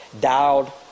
dialed